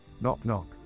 Knock-knock